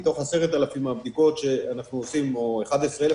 מתוך 10,000 הבדיקות שאנחנו עושים או 11,000,